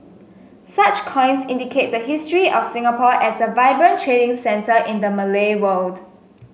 such coins indicate the history of Singapore as a vibrant trading centre in the Malay world